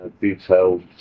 detailed